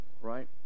Right